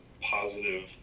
positive